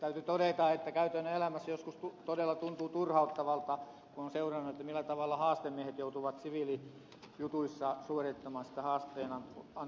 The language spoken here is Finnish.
täytyy todeta että käytännön elämässä joskus todella tuntuu turhauttavalta kun on seurannut millä tavalla haastemiehet joutuvat siviilijutuissa suorittamaan haasteenantotehtävää